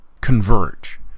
converge